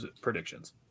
predictions